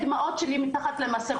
ירדו לי דמעות מתחת למסכה,